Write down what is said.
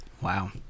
Wow